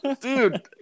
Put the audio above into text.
Dude